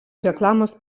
reklamos